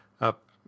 up